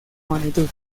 magnitud